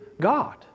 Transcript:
God